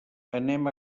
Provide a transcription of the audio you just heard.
anem